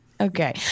Okay